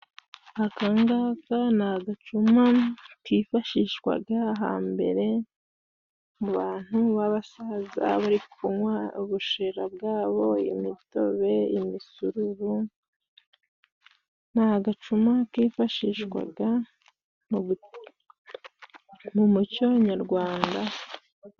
Akakanga ni agacuma kifashishwaga hambere, mu bantu b'abasaza bari kunywa ubushera bwabo, imitobe, imisururu , ni agacuma kifashishwaga mu muco nyarwanda.